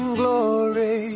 glory